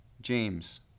James